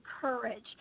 courage